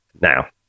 now